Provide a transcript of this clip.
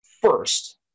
first